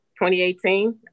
2018